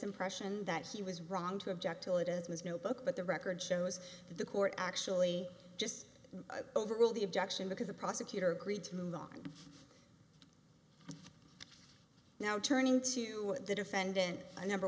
impression that he was wrong to object to it as no book but the record shows that the court actually just overrule the objection because the prosecutor greed to move on now turning to the defendant number